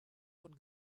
von